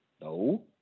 no